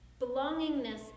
belongingness